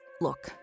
Look